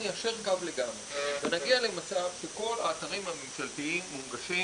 ניישר קו לגמרי ונגיע למצב שכל האתרים הממשלתיים מונגשים